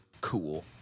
cool